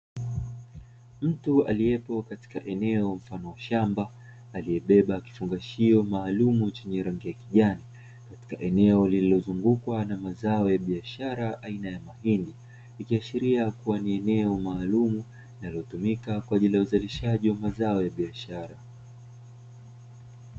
Mtu aliyepo katika eneo mfano wa shamba, aliebeba kifungashio chenye rangi ya kijani, katika eneo lililozungukwa na mazao ya biashara aina ya mahindi, ikiashiria ni eneo maalumu linalotumika kwa ajili ya uzalishaji wa mazao ya biashara.